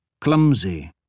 clumsy